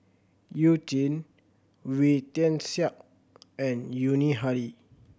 You Jin Wee Tian Siak and Yuni Hadi